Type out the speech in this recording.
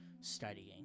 studying